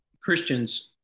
Christians